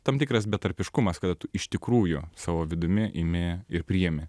tam tikras betarpiškumas kada tu iš tikrųjų savo vidumi imi ir priimi